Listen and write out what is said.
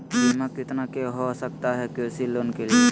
बीमा कितना के हो सकता है कृषि लोन के लिए?